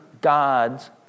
God's